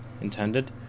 intended